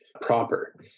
Proper